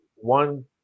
one